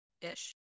ish